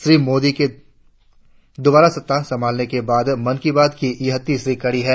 श्री मोदी के दोबारा सत्ता संभालने के बाद मन की बात की यह तीसरी कड़ी है